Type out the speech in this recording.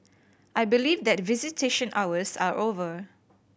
I believe that visitation hours are over